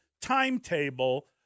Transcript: timetable